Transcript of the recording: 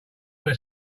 that